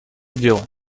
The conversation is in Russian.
дела